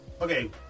okay